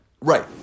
Right